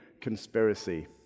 conspiracy